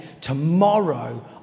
tomorrow